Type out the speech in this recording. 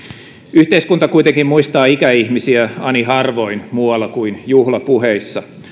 yhteiskunta kuitenkin muistaa ikäihmisiä ani harvoin muualla kuin juhlapuheissa